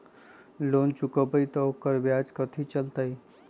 Loan चुकबई त ओकर ब्याज कथि चलतई?